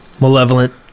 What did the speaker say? malevolent